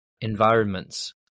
environments